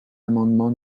l’amendement